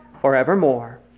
forevermore